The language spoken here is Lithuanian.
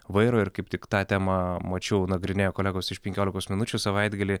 vairo ir kaip tik tą temą mačiau nagrinėjo kolegos iš penkiolikos minučių savaitgalį